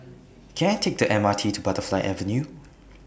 Can I Take The M R T to Butterfly Avenue